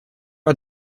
are